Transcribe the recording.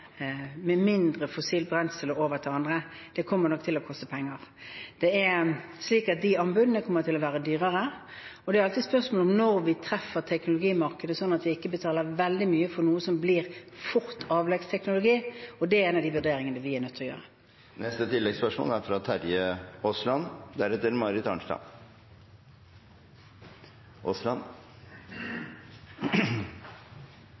mindre fossilt brensel og gå over til andre, det kommer nok til å koste penger. De anbudene kommer til å være dyrere, og det er alltid spørsmål om når vi treffer teknologimarkedet slik at vi ikke betaler veldig mye for noe som fort blir avleggs teknologi – og det er en av de vurderingene vi er nødt til å foreta. Terje Aasland – til oppfølgingsspørsmål. Debatten om det grønne skiftet er